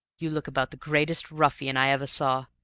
you look about the greatest ruffian i ever saw!